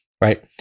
right